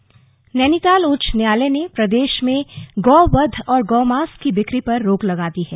प्रतिबंध नैनीताल उच्च न्यायालय ने प्रदेश में गौवध और गौमांस की बिक्री पर रोक लगा दी है